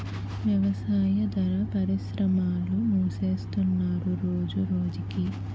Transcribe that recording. వ్యవసాయాదార పరిశ్రమలు మూసేస్తున్నరు రోజురోజకి